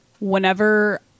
whenever